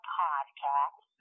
podcast